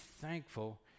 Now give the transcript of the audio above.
thankful